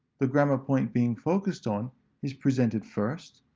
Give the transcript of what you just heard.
the grammar point being focused on is presented first,